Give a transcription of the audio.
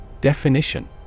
Definition